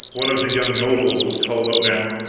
one of the young nobles was called up now.